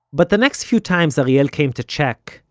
but the next few times ariel came to check,